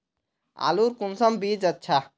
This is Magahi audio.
आलूर कुंसम बीज अच्छा?